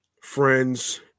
friends